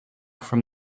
from